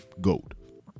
GOAT